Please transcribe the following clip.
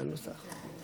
תוצאות ההצבעה: 11